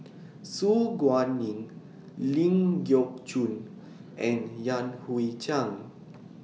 Su Guaning Ling Geok Choon and Yan Hui Chang